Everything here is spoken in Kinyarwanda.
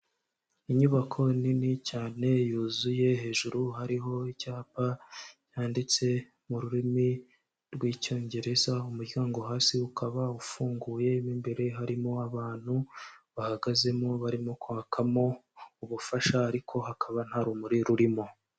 Inyubako nini cyane yuzuye hejuru hariho icyapa cyanditse mu rurimi rw'Icyongereza, umuryango hasi ukaba ufunguye, mo imbere harimo abantu bahagazemo barimo kwakamo, ubufasha ariko hakaba nta rumuri rurimo.